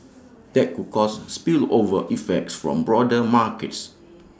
that could cause spillover effects form broader markets